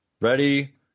ready